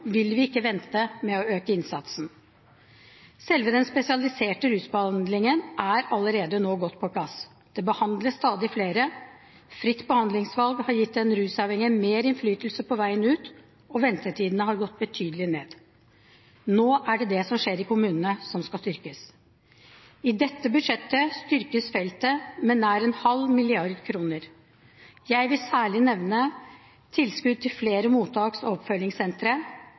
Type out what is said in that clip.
vil vi ikke vente med å øke innsatsen. Selve den spesialiserte rusbehandlingen er allerede nå godt på plass. Det behandles stadig flere, fritt behandlingsvalg har gitt den rusavhengige mer innflytelse på veien ut, og ventetiden har gått betydelig ned. Det er det som skjer i kommunene, som nå skal styrkes. I dette budsjettet styrkes feltet med nær 0,5 mrd. kr. Jeg vil særlig nevne tilskudd til flere mottaks- og oppfølgingssentre,